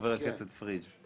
חבר הכנסת פריג',